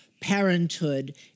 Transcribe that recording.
parenthood